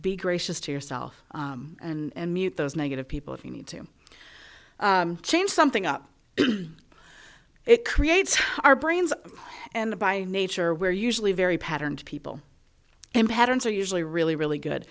be gracious to yourself and meet those negative people if you need to change something up it creates our brains and by nature we're usually very patterned people and patterns are usually really really good